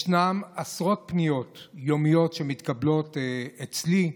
ישנן עשרות פניות יומיות שמתקבלות אצלי,